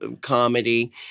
comedy